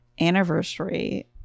anniversary